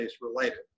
related